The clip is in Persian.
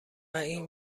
این